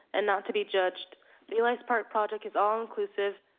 and not to be judged the eli's park project is ah inclusive,